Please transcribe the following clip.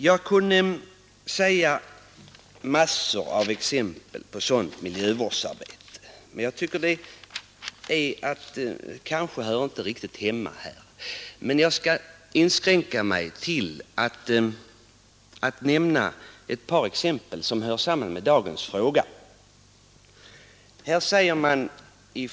Jag kunde ge massor av exempel på sådant miljövårdsarbete. Men jag tycker att det kanske inte riktigt hör hemma här. Jag skall inskränka mig till att nämna ett par exempel som hör samman med dagens frågor.